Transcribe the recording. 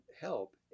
help